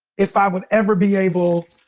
if i would ever be able,